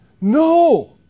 No